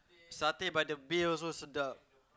satay by the bay also sedap